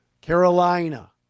Carolina